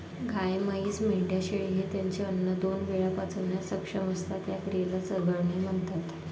गाय, म्हैस, मेंढ्या, शेळी हे त्यांचे अन्न दोन वेळा पचवण्यास सक्षम असतात, या क्रियेला चघळणे म्हणतात